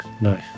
No